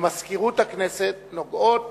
ולמזכירות הכנסת נוגעות